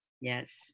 Yes